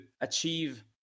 achieve